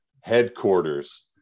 headquarters